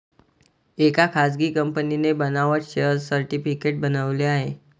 एका खासगी कंपनीने बनावट शेअर सर्टिफिकेट बनवले आहे